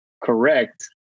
correct